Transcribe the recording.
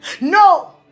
No